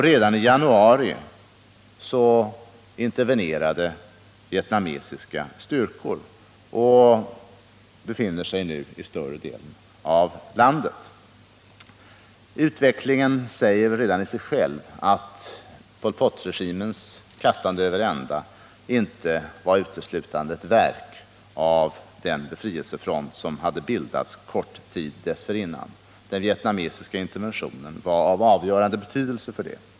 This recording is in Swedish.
Redan i januari intervenerade vietnamesiska styrkor, och de befinner sig nu i större delen av landet. Utvecklingen säger väl redan i sig själv att Pol Pot-regimens kastande över ända inte var uteslutande ett verk av den befrielsefront som hade bildats kort tid dessförinnan. Den vietnamesiska interventionen var av avgörande betydelse.